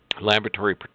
Laboratory